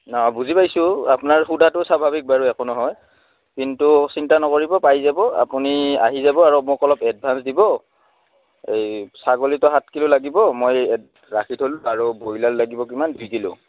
নহয় বুজি পাইছোঁ আপোনাৰ সুধাটো স্বাভাৱিক বাৰু একো নহয় কিন্তু চিন্তা নকৰিব পাই যাব আপুনি আহি যাব আৰু মোক অলপ এডভা্ঞ্চ দিব এই ছাগলীটো সাত কিলো লাগিব মই ৰাখি থ'লোঁ আৰু ব্ৰইলাৰ লাগিব কিমান দুই কিলো